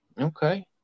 Okay